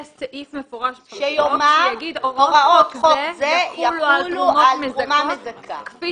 יש סעיף מפורש שיאמר שהוראות חוק זה יחולו על תרומות מזכות.